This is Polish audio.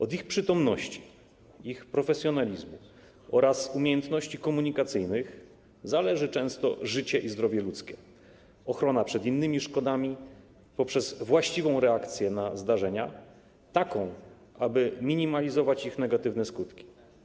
Od ich przytomności, ich profesjonalizmu oraz umiejętności komunikacyjnych zależy często życie i zdrowie ludzkie, a także ochrona przed innymi szkodami poprzez właściwą reakcję na zdarzenia, aby minimalizować ich negatywne skutki.